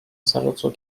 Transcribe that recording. sercu